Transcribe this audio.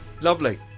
Lovely